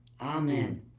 Amen